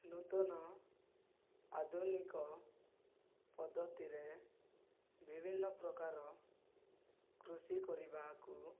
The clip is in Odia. ନୂତନ ଆଧୁନିକ ପଦ୍ଧତିରେ ବିଭିନ୍ନ ପ୍ରକାର କୃଷି କରିବାକୁ